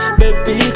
baby